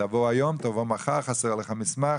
תבוא היום, תבוא מחר, חסר לך מסמך.